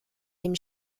dem